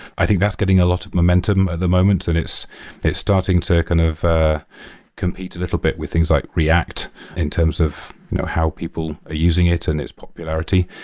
i think that's getting a lot of momentum at the moments and it's starting to kind of compete a little bit with things like react in terms of you know how people are using it and its popularity.